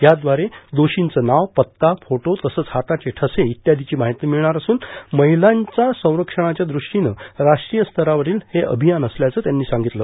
याद्वारे दोर्षीचं नाव पत्ता फोटो तसंच हाताचे ठसे इत्यादीची माहिती मिळणार असून महिलांचा संरक्षणाच्या दृष्टीनं राष्ट्रीय स्तरावरील हे अभियान असल्याचं त्यांनी सांगितलं